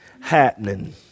happening